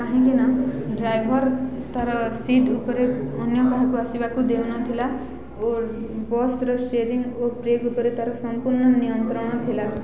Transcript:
କାହିଁକି ନା ଡ୍ରାଇଭର୍ ତାର ସିଟ୍ ଉପରେ ଅନ୍ୟ କାହାକୁ ଆସିବାକୁ ଦେଉନଥିଲା ଓ ବସ୍ର ଷ୍ଟେରିଂ ଓ ବ୍ରେକ୍ ଉପରେ ତାର ସମ୍ପୂର୍ଣ୍ଣ ନିୟନ୍ତ୍ରଣ ଥିଲା